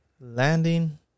landing